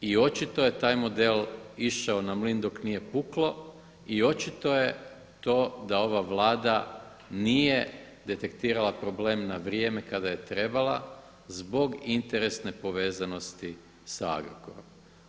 I očito je taj model išao na mlin dok nije puklo i očito je to da ova Vlada nije detektirala problem na vrijeme kada je trebala zbog interesne povezanosti sa Agrokorom.